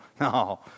no